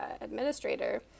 administrator